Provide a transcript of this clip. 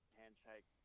handshake